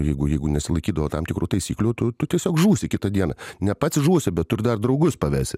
jeigu jeigu nesilaikydavo tam tikrų taisyklių tu tiesiog žūsi kitą dieną ne pats žūsi bet ir dar draugus pavesi